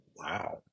Wow